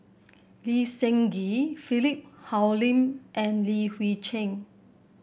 Lee Seng Gee Philip Hoalim and Li Hui Cheng